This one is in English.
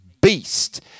beast